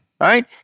right